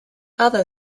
other